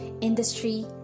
industry